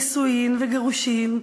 נישואים וגירושים,